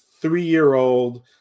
three-year-old